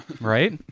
Right